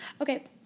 Okay